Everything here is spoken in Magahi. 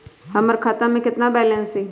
हमर खाता में केतना बैलेंस हई?